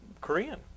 Korean